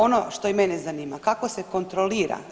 Ono što i mene zanima kako se kontrolira?